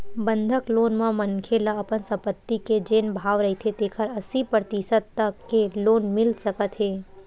बंधक लोन म मनखे ल अपन संपत्ति के जेन भाव रहिथे तेखर अस्सी परतिसत तक के लोन मिल सकत हे